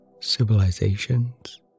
civilizations